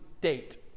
date